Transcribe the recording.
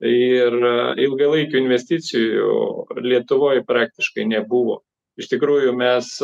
ir ilgalaikių investicijų lietuvoj praktiškai nebuvo iš tikrųjų mes